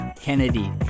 Kennedy